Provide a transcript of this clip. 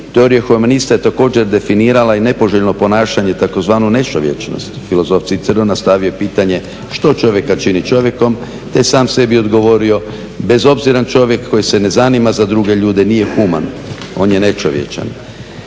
Teorija humanista je također definirala i nepoželjno ponašanje tzv. nečovječnost. Filozof Ciceron nastavio je pitanje što čovjeka čini čovjekom te sam sebi odgovorio bez obziran čovjek koji se ne zanima za druge ljude nije human, on je nečovječan.